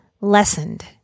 lessened